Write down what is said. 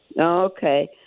Okay